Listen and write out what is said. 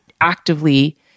actively